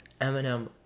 Eminem